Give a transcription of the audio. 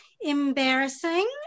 embarrassing